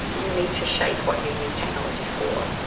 you need to shape what you use technology for.